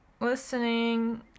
listening